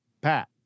Pat